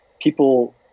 people